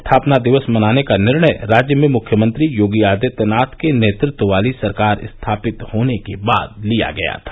स्थापना दिवस मनाने का निर्णय राज्य में मुख्यमंत्री योगी आदित्यनाथ के नेतृत्व वाली सरकार स्थापित होने के बाद लिया गया था